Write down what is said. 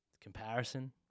comparison